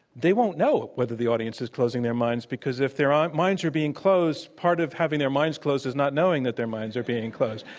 they won't know whether the audience is closing their minds because if their um minds are being closed, part of having their minds closed is not knowing that their minds are being closed.